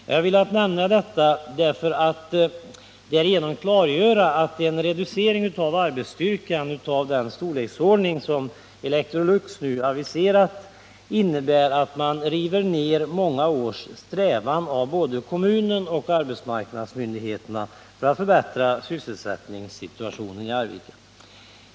Jag har velat nämna detta för att därigenom klargöra att en reducering av arbetsstyrkan av den storleksordning som Electrolux nu aviserat innebär att man river ner många års strävanden från både kommunen och arbetsmarknadsmyndigheterna för att förbättra sysselsättningssituationen i Arvika.